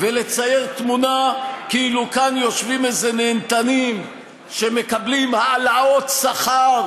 ולצייר תמונה כאילו כאן יושבים איזה נהנתנים שמקבלים העלאות שכר